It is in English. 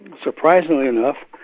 surprisingly enough,